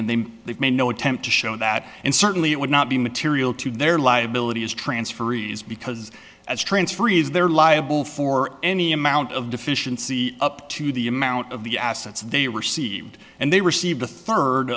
and they made no attempt to show that and certainly it would not be material their liability is transferees because as transferees they're liable for any amount of deficiency up to the amount of the assets they received and they received a third